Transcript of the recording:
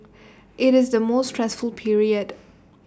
IT is the most stressful period